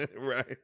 Right